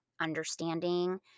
Understanding